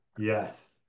Yes